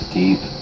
deep